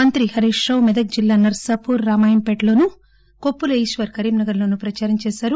మంత్రి హరీష్ రావు మెదక్ జిల్లా నరసాపూర్ రామాయంపేటలోను కొప్పుల ఈశ్వర్ కరీంనగర్ లోను ప్రచారం చేశారు